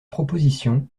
proposition